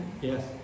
Yes